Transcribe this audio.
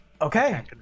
Okay